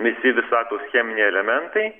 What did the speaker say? visi visatos cheminiai elementai